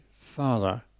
Father